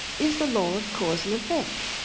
is the law of cause and effect.